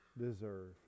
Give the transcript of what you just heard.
deserve